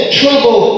trouble